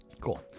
Cool